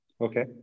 Okay